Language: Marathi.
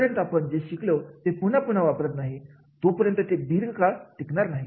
जोपर्यंत आपण जे शिकलो ते पुन्हा पुन्हा वापरत नाही तोपर्यंत ते दीर्घ काळ टिकणार नाही